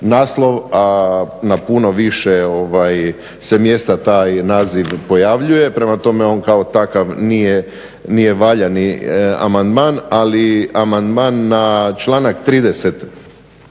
a na puno više se mjesta taj naziv pojavljuje. Prema tome, on kao takav nije valjani amandman. Ali amandman na članak 30.